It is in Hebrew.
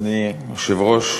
אדוני היושב-ראש,